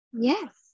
yes